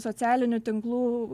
socialinių tinklų